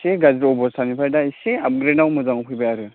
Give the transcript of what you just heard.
एसे गाज्रि अब'स्थानिफ्राय दा एसे आपग्रेडआव मोजाङाव फैबाय आरो